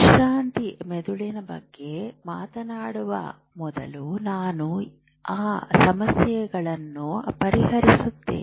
ವಿಶ್ರಾಂತಿ ಮೆದುಳಿನ ಬಗ್ಗೆ ಮಾತನಾಡುವ ಮೊದಲು ನಾನು ಆ ಸಮಸ್ಯೆಗಳನ್ನು ಪರಿಹರಿಸುತ್ತೇನೆ